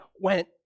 went